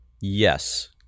yes